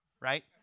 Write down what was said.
Right